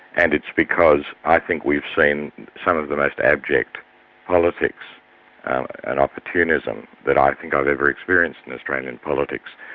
and it's because i think we've seen some of the most abject politics and opportunism that i think i've ever experienced in australian politics.